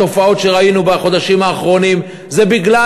התופעות שראינו בחודשים האחרונים זה בגלל